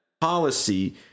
policy